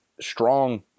strong